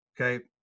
Okay